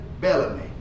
Bellamy